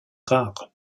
rare